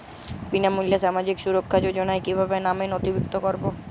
বিনামূল্যে সামাজিক সুরক্ষা যোজনায় কিভাবে নামে নথিভুক্ত করবো?